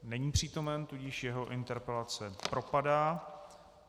Není přítomen, tudíž jeho interpelace propadá.